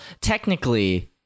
technically